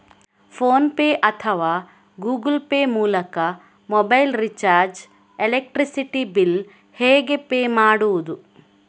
Phone pay ಅಥವಾ Google Pay ಮೂಲಕ mobile recharge, electricity bill ಹೇಗೆ ಪೇ ಮಾಡುವುದು?